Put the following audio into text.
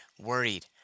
worried